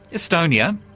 estonia,